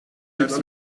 chips